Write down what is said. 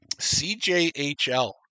CJHL